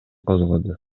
козгоду